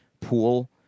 pool